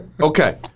Okay